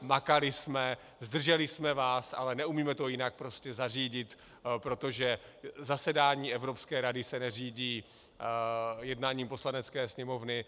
Makali jsme, zdrželi jsme vás, ale neumíme to jinak zařídit, protože zasedání Evropské rady se neřídí jednáním Poslanecké sněmovny.